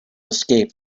escape